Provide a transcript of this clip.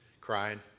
Crying